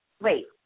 Wait